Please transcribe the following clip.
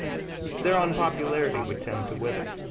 their unpopularity would tend to wither.